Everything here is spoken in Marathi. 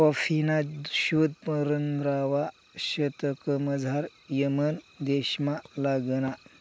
कॉफीना शोध पंधरावा शतकमझाऱ यमन देशमा लागना